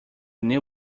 new